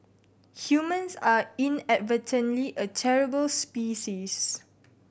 humans are inadvertently a terrible species